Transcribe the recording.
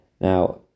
Now